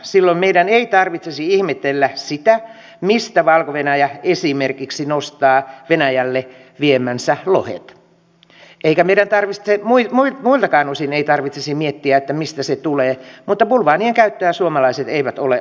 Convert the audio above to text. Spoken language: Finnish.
silloin meidän ei tarvitsisi ihmetellä sitä mistä valko venäjä esimerkiksi nostaa venäjälle viemänsä lohet eikä meidän muiltakaan osin tarvitsisi miettiä mistä se tulee mutta bulvaanien käyttöä suomalaiset eivät ole osanneet